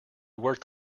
worth